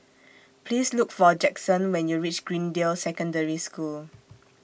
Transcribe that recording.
Please Look For Jaxson when YOU REACH Greendale Secondary School